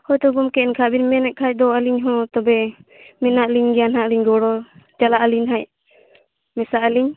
ᱦᱳᱭ ᱛᱚ ᱜᱚᱢᱠᱮ ᱮᱱᱠᱷᱟᱱ ᱵᱤᱱ ᱢᱮᱱᱮᱫ ᱠᱷᱟᱱ ᱫᱚ ᱟᱹᱞᱤᱧ ᱦᱚᱸ ᱛᱚᱵᱮ ᱢᱮᱱᱟᱜ ᱞᱤᱧ ᱜᱮᱭᱟ ᱦᱟᱸᱜ ᱞᱤᱧ ᱜᱚᱲᱚ ᱪᱟᱞᱟᱜ ᱟᱹᱞᱤᱧ ᱦᱟᱸᱜ ᱢᱮᱥᱟᱜ ᱟᱹᱞᱤᱧ